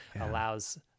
allows